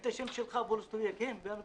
שאלו: "השם שלך טוביה בולוס?" אמרתי: "כן".